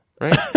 right